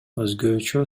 өзгөчө